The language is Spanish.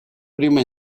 prima